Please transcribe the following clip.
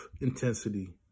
intensity